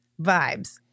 Vibes